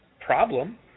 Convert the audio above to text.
problem